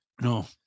No